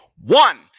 One